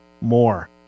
more